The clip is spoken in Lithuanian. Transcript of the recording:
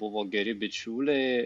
buvo geri bičiuliai